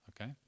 Okay